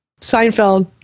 Seinfeld